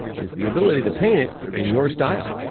is the ability to paint it in your style.